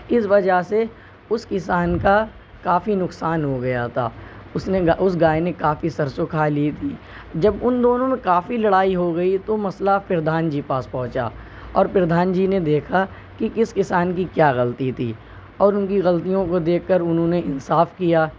اس وجہ سے اس کسان کا کافی نقصان ہو گیا تھا اس نے اس گائے نے کافی سرسوں کھا لی تھی جب ان دونوں میں کافی لڑائی ہو گئی تو مسئلہ پردھان جی پاس پہنچا اور پردھان جی نے دیکھا کہ کس کسان کی کیا غلطی تھی اور ان کی غلطیوں کو دیکھ کر انہوں نے انصاف کیا